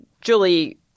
Julie